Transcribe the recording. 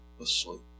asleep